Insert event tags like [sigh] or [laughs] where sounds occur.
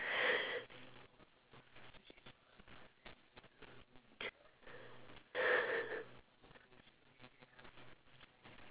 [laughs]